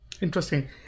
Interesting